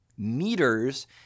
Meters